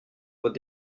votre